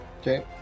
Okay